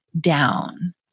down